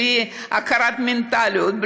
בלי הכרת המנטליות,